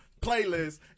playlist